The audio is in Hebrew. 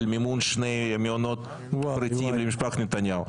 מימון שני מעונות פרטיים למשפחת נתניהו.